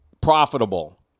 profitable